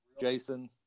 Jason